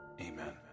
Amen